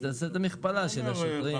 תעשה את המכפלה של השוטרים.